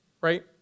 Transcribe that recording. right